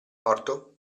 morto